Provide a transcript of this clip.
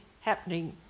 happening